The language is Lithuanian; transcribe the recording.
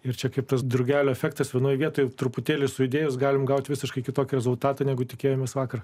ir čia kaip tas drugelio efektas vienoje vietoje truputėlį sudėjus galime gauti visiškai kitokį rezultatą negu tikėjomės vakar